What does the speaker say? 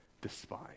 despise